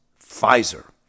Pfizer